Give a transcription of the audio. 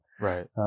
Right